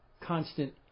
constant